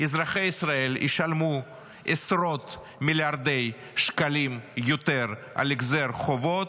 אזרחי ישראל ישלמו עשרות מיליארדי שקלים יותר על החזר חובות,